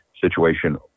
situation